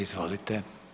Izvolite.